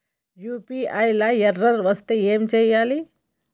UPI లా error వస్తే ఏం చేయాలి?